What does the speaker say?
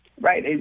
Right